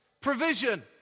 provision